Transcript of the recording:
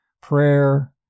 prayer